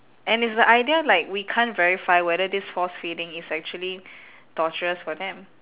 and it's the idea like we can't verify whether this force feeding is actually torturous for them